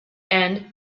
end